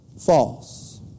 false